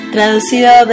Traducido